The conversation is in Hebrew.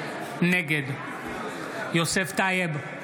נגד יוסף טייב,